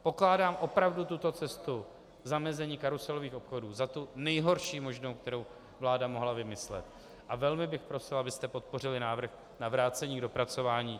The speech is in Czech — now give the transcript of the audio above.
Pokládám opravdu tuto cestu zamezení karuselových obchodů za tu nejhorší možnou, kterou vláda mohla vymyslet, a velmi prosil, abyste podpořili návrh na vrácení k dopracování.